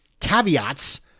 caveats